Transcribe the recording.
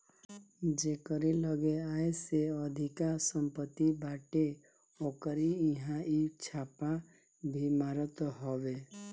जेकरी लगे आय से अधिका सम्पत्ति बाटे ओकरी इहां इ छापा भी मारत हवे